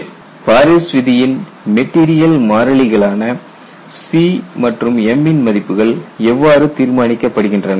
கேள்வி பாரிஸ் விதியின் மெட்டீரியல் மாறிலிகளான C மற்றும் m ன் மதிப்புகள் எவ்வாறு தீர்மானிக்கப்படுகின்றன